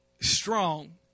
strong